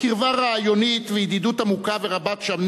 קרבה רעיונית וידידות עמוקה ורבת-שנים